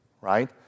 right